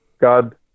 God